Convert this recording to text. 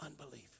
unbelief